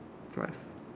right